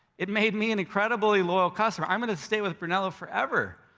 it made me an incredibly loyal customer, i'm gonna stay with brunello forever.